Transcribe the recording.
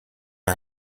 her